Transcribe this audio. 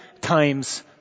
times